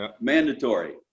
Mandatory